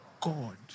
God